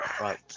Right